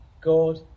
God